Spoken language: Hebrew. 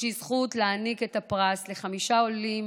יש לי זכות להעניק את הפרס לחמישה עולים